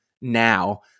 now